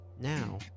now